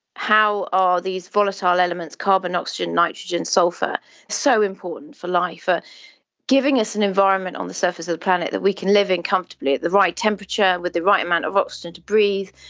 how are these volatile elements carbon, oxygen, nitrogen, sulphur so important for life, for giving us an environment on the surface of the planet that we can live in comfortably, at the right temperature, with the right amount of oxygen to breeze,